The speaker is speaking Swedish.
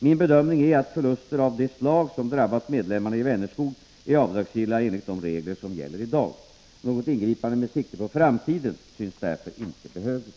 Min bedömning är att förluster av de slag som drabbat medlemmarna i Vänerskog är avdragsgilla enligt de regler som gäller i dag. Något ingripande med sikte på framtiden synes därför inte behövligt.